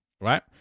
Right